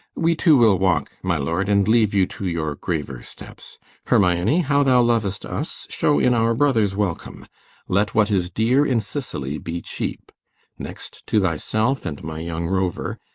we two will walk, my lord, and leave you to your graver steps hermione, how thou lov'st us show in our brother's welcome let what is dear in sicily be cheap next to thyself and my young rover,